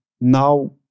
Now